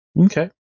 Okay